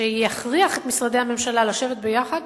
שיכריח את משרדי הממשלה לשבת ביחד,